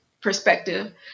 perspective